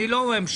אני לא אמשיך.